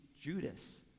judas